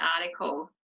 article